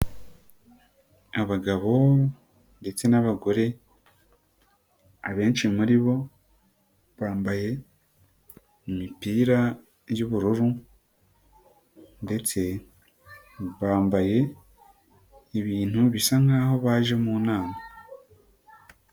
Abagabo ndetse n'abagore, abenshi muri bo bambaye imipira y'ubururu ndetse bambaye, ibintu bisa nkaho baje mu nama.